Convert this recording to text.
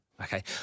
Okay